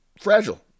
fragile